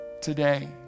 Today